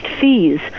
fees